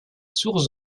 source